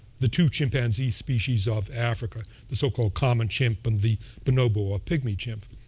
the two chimpanzee species of africa, the so-called common chimp and the bonobo or pygmy chimp.